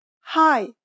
Hi